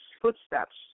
footsteps